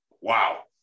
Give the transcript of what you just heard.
wow